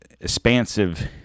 expansive